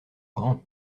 grands